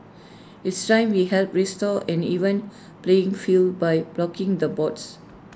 it's time we help restore an even playing field by blocking the bots